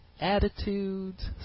attitudes